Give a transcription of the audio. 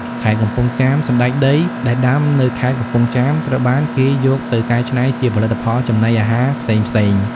ខេត្តកំពង់ចាម សណ្តែកដីដែលដាំនៅខេត្តកំពង់ចាម ត្រូវបានគេយកទៅកែច្នៃជាផលិតផលចំណីអាហារផ្សេងៗ។